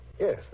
Yes